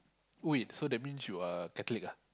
wait so that means you are catholic ah